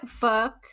book